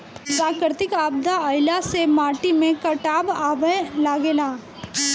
प्राकृतिक आपदा आइला से माटी में कटाव आवे लागेला